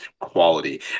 quality